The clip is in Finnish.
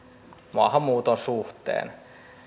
maahanmuuton suhteen